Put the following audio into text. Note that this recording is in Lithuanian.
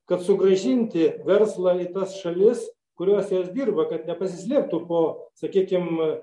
kad sugrąžinti verslą į tas šalis kuriose jos dirba kad nepasislėptų po sakykim